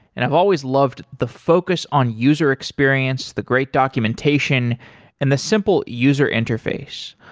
and i've always loved the focus on user experience, the great documentation and the simple user interface.